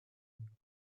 amoureux